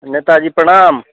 नेताजी प्रणाम